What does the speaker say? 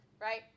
right